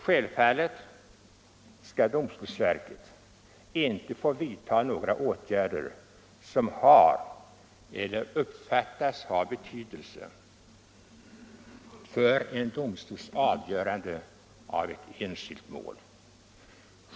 Självfallet skall domstolsverket inte få vidta några åtgärder som har eller uppfattas ha betydelse för en domstols avgörande av ett enskilt mål.